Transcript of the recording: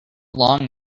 long